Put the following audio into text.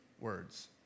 words